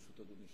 ברשות אדוני,